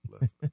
left